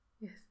Yes